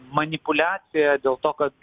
manipuliacija dėl to kad